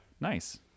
Nice